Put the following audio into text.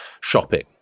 shopping